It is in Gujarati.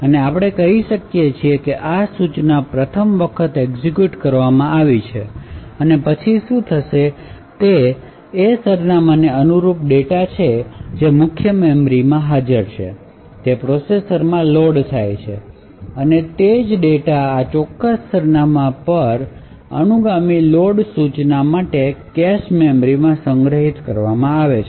અને આપણે કહી શકીએ કે આ સૂચના પ્રથમ વખત એક્ઝેક્યુટ કરવામાં આવી છે અને પછી શું થશે તે તે સરનામાંને અનુરૂપ ડેટા છે જે મુખ્ય મેમરીમાં હાજર છે તે પ્રોસેસરમાં લોડ થાય છે તે જ ડેટા આ ચોક્કસ સરનામા પર અનુગામી લોડ સૂચના માટે કેશ મેમરીમાં સંગ્રહિત કરવામાં આવે છે